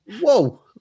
whoa